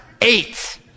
Eight